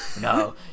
no